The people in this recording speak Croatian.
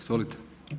Izvolite.